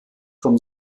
vom